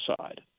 side